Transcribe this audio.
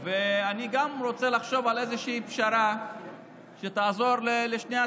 אני גם רוצה לחשוב על איזושהי פשרה שתעזור לשני הצדדים.